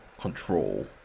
control